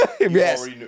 Yes